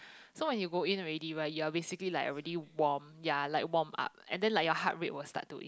so when you go in already right you are basically like already warm ya like warm up and then like your heart rate was start to in